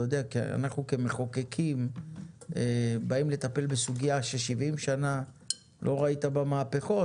אנחנו כמחוקקים באים לטפל בסוגייה ש-70 שנה לא ראית בה מהפכות,